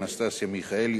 אנסטסיה מיכאלי,